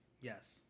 Yes